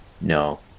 No